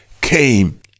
came